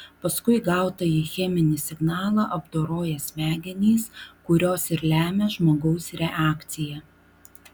paskui gautąjį cheminį signalą apdoroja smegenys kurios ir lemia žmogaus reakciją